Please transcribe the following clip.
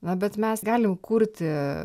na bet mes galim kurti